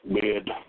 bid